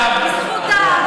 תראו מה זה חוק הלאום.